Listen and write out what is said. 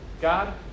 God